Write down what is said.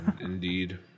Indeed